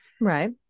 Right